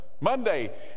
monday